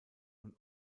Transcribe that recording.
und